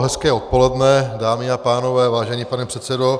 Hezké odpoledne, dámy a pánové, vážený pane předsedo.